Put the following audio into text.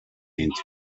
into